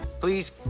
please